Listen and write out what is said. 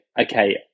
okay